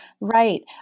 right